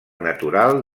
natural